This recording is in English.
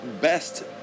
best